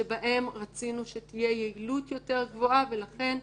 שבהם רצינו שתהיה יעילות יותר גבוהה ולכן,